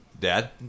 Dad